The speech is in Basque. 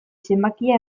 zenbakia